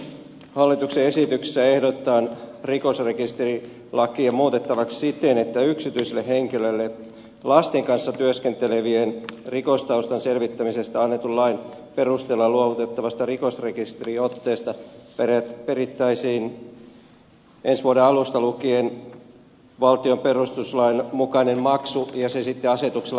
hallituksen esityksessä ehdotetaan rikosrekisterilakia muutettavaksi siten että yksityiselle henkilölle lasten kanssa työskentelevien rikostaustan selvittämisestä annetun lain perusteella luovutettavasta rikosrekisteriotteesta perittäisiin ensi vuoden alusta lukien valtion perustuslain mukainen maksu ja se sitten asetuksella määrättäisiin